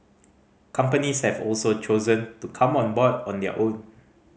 companies have also chosen to come on board on their own